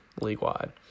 league-wide